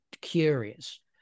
curious